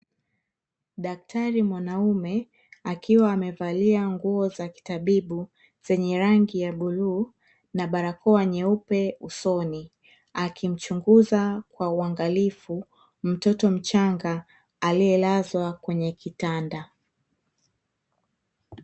Daktari mwanaume akiwa amevalia nguo za kitabibu zenye rangi buluu na barakoa nyeupe usoni. Akimchunguza kwa uangalifu mtoto mchanga aliyelazwa kwenye kitanda.